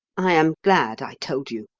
i am glad i told you.